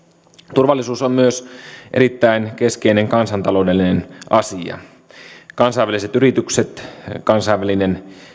turvallisuus on myös erittäin keskeinen kansantaloudellinen asia kansainväliset yritykset kansainväliset